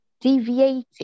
deviating